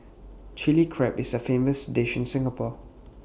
Chilli Crab is A famous dish in Singapore